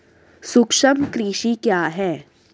सूक्ष्म कृषि क्या है?